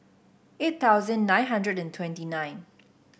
eight thousand nine hundred twenty nine